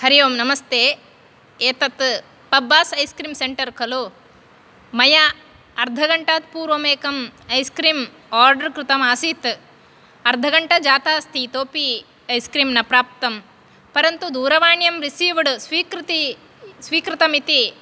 हरि ओं नमस्ते एतत् Pabbas ice cream centre खलु मया अर्धघण्टात् पूर्वम् एकम् ऐस् क्रीम् ओर्डर् कृतमासीत् अर्धघण्टा जाता अस्ति इतोऽपि ऐस् क्रीम् न प्राप्तम् परन्तु दूरवाण्यां रिसीव्ड् स्वीकृति स्वीकृतमिति